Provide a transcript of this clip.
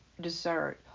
dessert